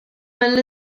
mill